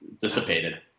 dissipated